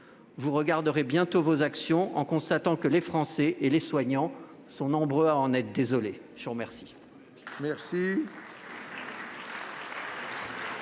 Vous regarderez bientôt vos actions en constatant que les Français et les soignants sont nombreux à en être désolés ! La parole